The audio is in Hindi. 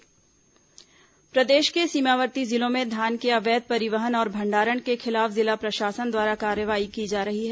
अवैध धान कार्रवाई प्रदेश के सीमावर्ती जिलों में धान के अवैध परिवहन और भंडारण के खिलाफ जिला प्रशासन द्वारा कार्रवाई की जा रही है